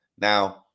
Now